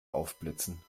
aufblitzen